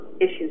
issues